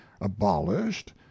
abolished